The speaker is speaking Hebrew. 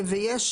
ויש